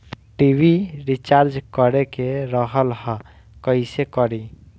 TV recharge करे के रहल ह कइसे करी?